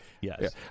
yes